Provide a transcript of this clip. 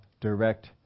direct